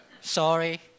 sorry